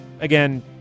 Again